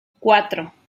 cuatro